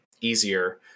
easier